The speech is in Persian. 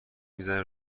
میزنه